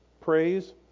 praise